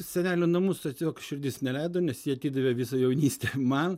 senelių namus tiesiog širdis neleido nes ji atidavė visą jaunystę man